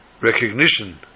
recognition